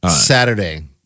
Saturday